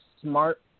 smart